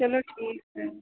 चलो ठीक है